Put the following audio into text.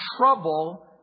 trouble